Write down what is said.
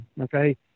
okay